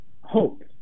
hope